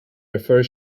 differ